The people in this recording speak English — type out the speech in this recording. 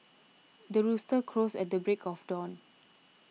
the rooster crows at the break of dawn